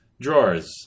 drawers